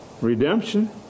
redemption